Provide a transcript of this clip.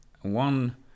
one